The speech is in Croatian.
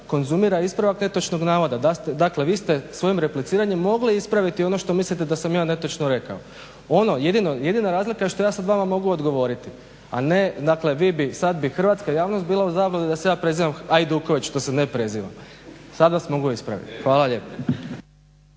konzumira ispravak netočnog navoda. Dakle, vi ste svojim repliciranjem mogli ispraviti ono što mislite da sam ja netočno rekao. Jedina razlika je što ja sada vama mogu odgovoriti, a ne dakle vi bi sada bi hrvatska javnost bila u zabludi da se ja prezivam Ajduković što se ne prezivam. Sada vas mogu ispraviti. Hvala lijepo.